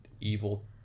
evil